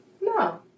no